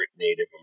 Native